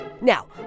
Now